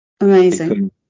Amazing